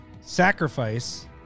sacrifice